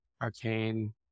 Arcane